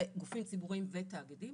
גופים ציבוריים ותאגידים,